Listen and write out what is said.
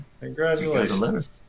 Congratulations